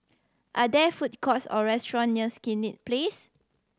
are there food courts or restaurant near Senett Place